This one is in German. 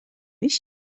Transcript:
mich